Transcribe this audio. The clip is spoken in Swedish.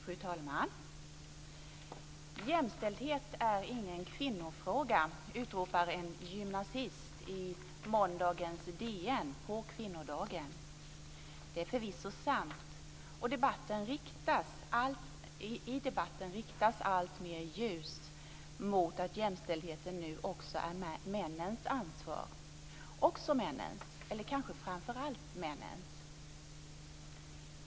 Fru talman! Jämställdhet är ingen kvinnofråga, utropade en gymnasist i DN på kvinnodagen i måndags. Det är förvisso sant. I debatten riktas också alltmer ljus mot att jämställdheten nu också är männens ansvar - eller kanske framför allt männens.